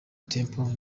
temple